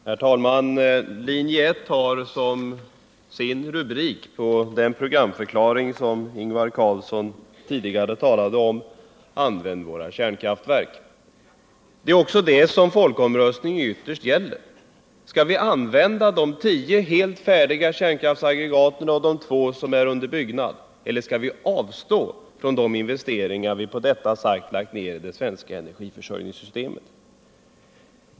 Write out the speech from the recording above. Herr talman! Linje 1 har satt som rubrik på den programförklaring som Ingvar Carlsson tidigare talade om: Använd våra kärnkraftverk. Det är just detta som folkomröstningen ytterst gäller. Skall vi använda de tio helt färdiga kärnkraftsaggregaten och de två som är under byggnad eller skall vi avstå från att dra nytta av de investeringar vi på detta sätt lagt ner i det svenska energiförsörjningssystemet?